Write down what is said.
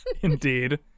Indeed